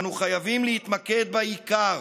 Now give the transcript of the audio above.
אנו חייבים להתמקד בעיקר.